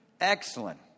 Excellent